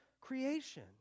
creation